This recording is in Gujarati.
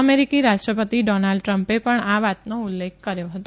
અમેરિકી રાષ્ટ્રપતિ ડોનાલ્ડ ટ્રમ્પે પણ આ વાતનો ઉલ્લેખ કર્યો હતો